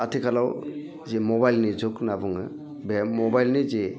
आथिखालाव जि मबाइलनि जुग होनना बुङो बे मबाइलनि जे